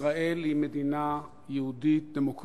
ישראל היא מדינה יהודית-דמוקרטית